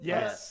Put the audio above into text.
Yes